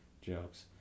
jokes